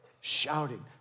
shouting